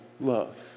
love